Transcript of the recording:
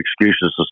excuses